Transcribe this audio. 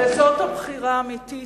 זאת הבחירה האמיתית